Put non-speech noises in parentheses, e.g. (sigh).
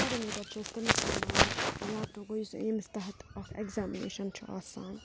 (unintelligible) ییٚمِس تحت اَکھ ایٚگزامنیشَن چھُ آسان